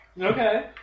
Okay